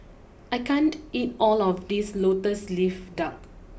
I can't eat all of this Lotus leaf Duck